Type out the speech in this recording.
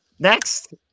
Next